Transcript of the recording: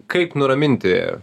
kaip nuraminti